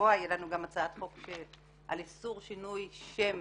השבוע תהיה לנו גם הצעת חוק על איסור שינוי שם